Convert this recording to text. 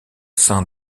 sein